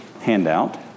handout